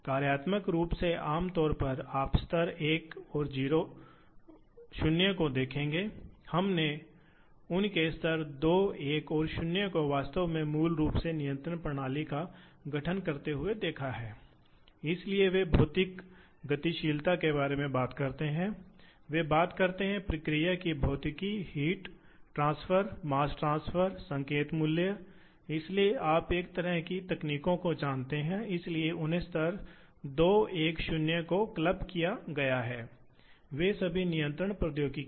और इन गतियों को स्वाभाविक रूप से बहुत सटीक होना चाहिए नंबर दो यह है कि जल्दी काटने के लिए एक होना चाहिए इसलिए ये आम तौर पर द्वारा मानकीकृत होते हैं आप मात्राओं को जानते हैं गति जो दिखाती है जो घूमने वाले शरीर की काटने की गति से संबंधित है तब यह हो सकता है फिर फ़ीड नाम की कोई चीज होती है इसलिए फ़ीड का मतलब है कि स्ट्रोक यह मामले में उपकरण की रैखिक गति हो सकती है उपकरण घूमने या गाड़ी की गहराई के मामले में कितना घूमता है या कितनी चाल से उपकरण चलता है इसके अनुसार प्रति चक्कर